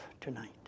tonight